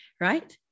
right